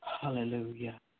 Hallelujah